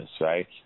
right